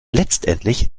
letztendlich